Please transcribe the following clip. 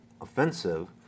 offensive